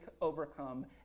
overcome